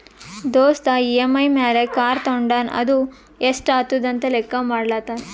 ದೋಸ್ತ್ ಇ.ಎಮ್.ಐ ಮ್ಯಾಲ್ ಕಾರ್ ತೊಂಡಾನ ಅದು ಎಸ್ಟ್ ಆತುದ ಅಂತ್ ಲೆಕ್ಕಾ ಮಾಡ್ಲತಾನ್